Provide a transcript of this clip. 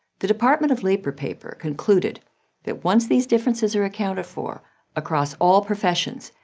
the department of labor paper concluded that once these differences are accounted for across all professions,